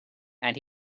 and